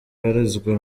abarizwa